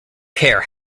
care